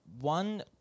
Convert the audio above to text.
one